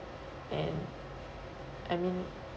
and I mean